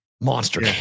Monster